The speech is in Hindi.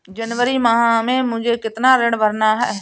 जनवरी माह में मुझे कितना ऋण भरना है?